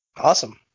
Awesome